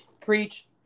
Preach